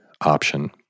option